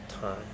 time